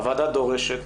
הוועדה דורשת